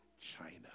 china